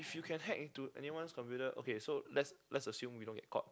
if you can hack into anyone's computer okay so let's let's assume we don't get caught